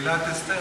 חברי הכנסת,